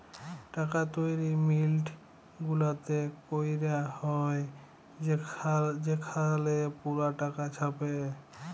টাকা তৈরি মিল্ট গুলাতে ক্যরা হ্যয় সেখালে পুরা টাকা ছাপে